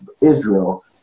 Israel